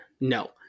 No